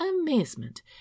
amazement